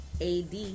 AD